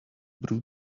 brew